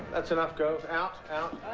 that's enough girls. out. out!